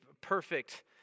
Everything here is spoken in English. perfect